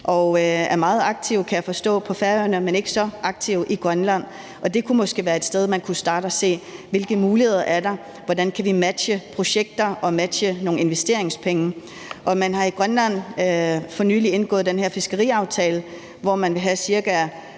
de er meget aktive, kan jeg forstå, på Færøerne, men ikke så aktive i Grønland. Det kunne måske være et sted, man kunne starte og se: Hvilke muligheder er der? Hvordan kan vi matche projekter med nogle investeringspenge? Man har i Grønland for nylig indgået den her fiskeriaftale, hvor man vil have ca.